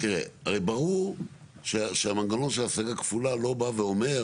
ברור שהמנגנון של השגה כפולה לא בא ואומר